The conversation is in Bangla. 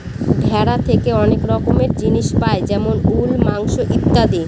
ভেড়া থেকে অনেক রকমের জিনিস পাই যেমন উল, মাংস ইত্যাদি